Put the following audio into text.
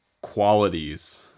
qualities